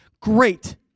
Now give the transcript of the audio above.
Great